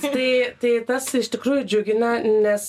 tikrai tai tas iš tikrųjų džiugina nes